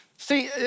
See